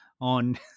on